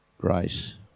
grace